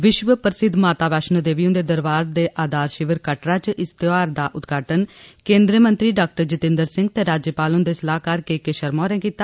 विश्व प्रसिद्ध माता वैष्णो देवी उन्दे दरबार दे आधार शिविर कटरा च इस त्यौहार दा उद्घाटन केन्द्रय मंत्री डॉ जितेन्द्र सिंह ते राज्यपाल हुन्दे सलाहकार के के शर्मा होरे कीती